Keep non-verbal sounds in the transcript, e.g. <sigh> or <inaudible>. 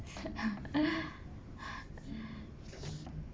<laughs> <breath>